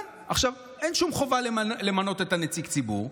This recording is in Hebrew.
אין שום חובה למנות את נציג הציבור,